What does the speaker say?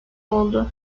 oldu